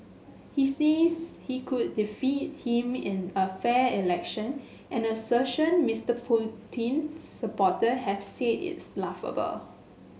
he says he could defeat him in a fair election an assertion Mister Putin's supporter have said is laughable